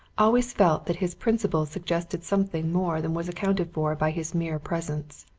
always felt that his principal suggested something more than was accounted for by his mere presence.